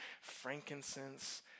frankincense